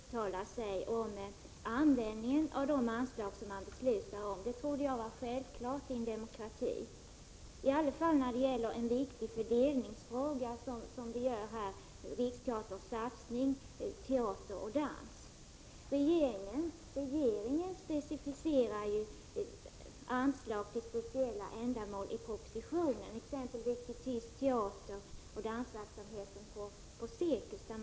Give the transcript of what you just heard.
Herr talman! Som ny riksdagsledamot har jag svårt att förstå att inte riksdagen skulle kunna uttala sig om användningen av de anslag som den beslutar om. Det trodde jag var självklart i en demokrati, i varje fall när det gäller en viktig fördelningsfråga som den om Riksteaterns satsning på teater och dans. Regeringen specificerar ju anslag till speciella ändamål i propositionen, t.ex. till tysk teater och till dansverksamheten på cirkus.